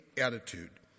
attitude